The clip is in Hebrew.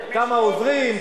כמה עוזרים,